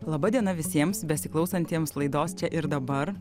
laba diena visiems besiklausantiems laidos čia ir dabar